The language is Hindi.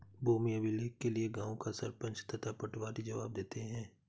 भूमि अभिलेख के लिए गांव का सरपंच तथा पटवारी जवाब देते हैं